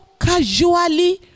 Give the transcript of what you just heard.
casually